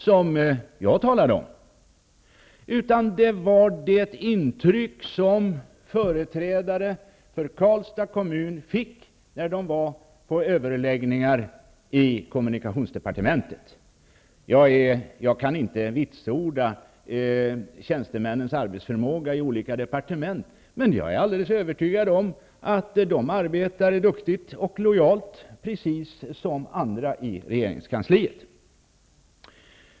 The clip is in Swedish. Det gällde det intryck som företrädare för Karlstad kommun fick när de var på överläggningar i kommunikationsdepartementet. Jag kan inte vitsorda tjänstemännens arbetsförmåga i olika departement, men jag är övertygad om att de arbetar duktigt och lojalt precis som andra i regeringskansliet.